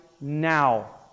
now